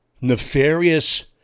nefarious